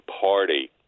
Party